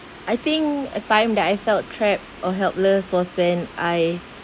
I think a time that I felt trapped or helpless was when I